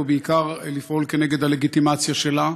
ובעיקר לפעול כנגד הלגיטימציה שלה.